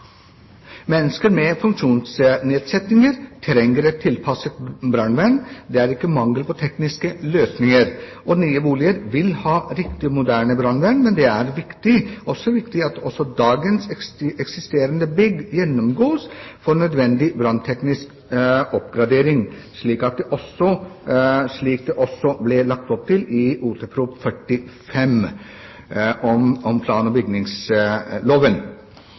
Mennesker med funksjonsnedsettinger trenger et tilpasset brannvern. Det er ikke mangel på tekniske løsninger. Nye boliger vil ha et riktig og moderne brannvern, men det er viktig at også dagens eksisterende bygg gjennomgås for nødvendig brannteknisk oppgradering, slik det også ble lagt opp til i Ot.prp. nr. 45 for 2007–2008 om bestemmelser i plan- og bygningsloven.